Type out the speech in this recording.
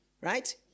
right